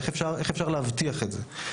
איך אפשר להבטיח את זה.